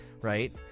right